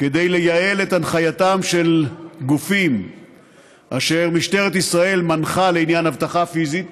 כדי לייעל את הנחייתם של גופים אשר משטרת ישראל מנחה לעניין אבטחה פיזית